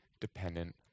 dependent